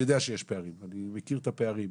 אני יודע שיש פערים, אני מכיר את הפערים,